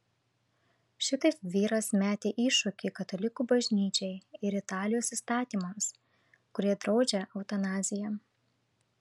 šitaip vyras metė iššūkį katalikų bažnyčiai ir italijos įstatymams kurie draudžia eutanaziją